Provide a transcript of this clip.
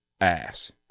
ass